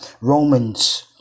Romans